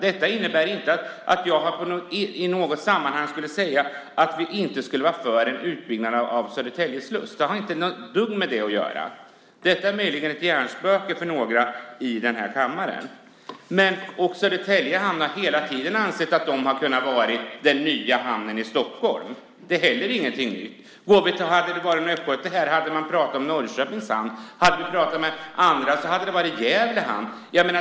Detta innebär inte att jag i något sammanhang skulle säga att vi inte skulle vara för en utbyggnad av Södertälje sluss. Det har inte ett dugg med det att göra. Detta är möjligen ett hjärnspöke hos några i denna kammare. Södertälje hamn har hela tiden ansett att man kan bli den nya hamnen i Stockholm. Det är heller inget nytt. Hade det varit en östgöte här hade man pratat om Norrköpings hamn. Hade vi pratat med andra hade det varit Gävle hamn.